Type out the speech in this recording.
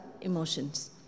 emotions